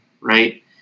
right